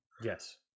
Yes